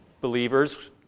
believers